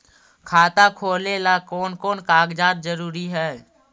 खाता खोलें ला कोन कोन कागजात जरूरी है?